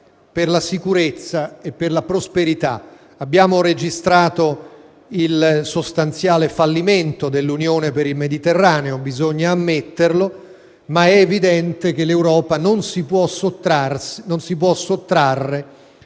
per la sicurezza e per la prosperità. Abbiamo registrato il sostanziale fallimento dell'Unione per il Mediterraneo - bisogna ammetterlo - ma è evidente che l'Europa non si può sottrarre